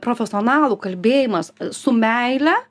profesionalų kalbėjimas su meile